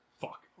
Fuck